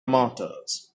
martyrs